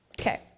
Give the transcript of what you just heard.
Okay